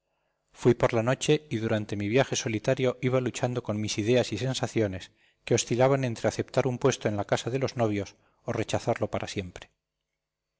fui por la noche y durante mi viaje solitario iba luchando con mis ideas y sensaciones que oscilaban entre aceptar un puesto en la casa de los novios o rechazarlo para siempre